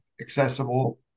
accessible